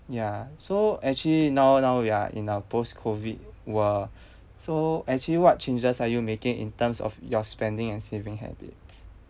ya so actually now now we are in the post-COVID world so actually what changes are you making in terms of your spending and saving habits